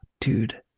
dude